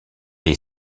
est